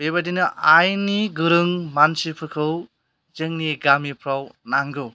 बेबायदिनो आइननि गोरों मानसिफोरखौ जोंनि गामिफ्राव नांगौ